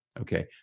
Okay